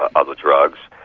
ah other drugs,